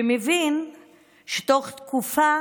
ומבין שתוך תקופה